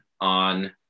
on